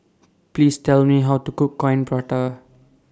Please Tell Me How to Cook Coin Prata